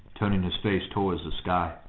turning his face towards the sky.